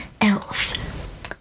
elf